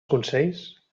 consells